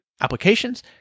applications